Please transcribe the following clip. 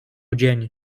dzień